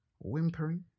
Whimpering